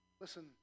Listen